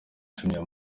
jumia